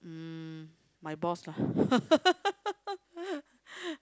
hmm my boss lah